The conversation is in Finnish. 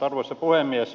arvoisa puhemies